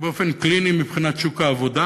באופן קליני מבחינת שוק העבודה,